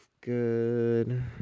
good